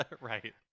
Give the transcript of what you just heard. right